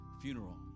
funeral